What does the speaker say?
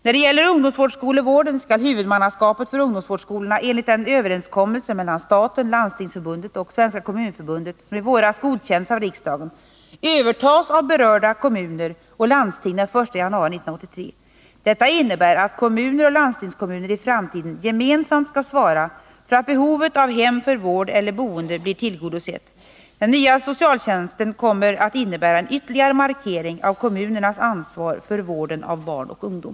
När det gäller ungdomsvårdsskolevården skall huvudmannaskapet för ungdomsvårdsskolorna — enligt den överenskommelse mellan staten, Landstingsförbundet och Svenska kommunförbundet som i våras godkändes av riksdagen — övertas av berörda kommuner och landsting den 1 januari 1983. Detta innebär att kommuner och landstingskommuner i framtiden gemensamt skall svara för att behovet av hem för vård eller boende blir tillgodosett. Den nya socialtjänsten kommer att innebära en ytterligare markering av kommunernas ansvar för vården av barn och ungdom.